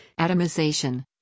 atomization